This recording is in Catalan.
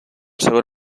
segon